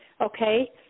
okay